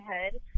head